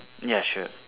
ya sure